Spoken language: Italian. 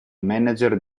manager